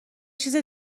چیز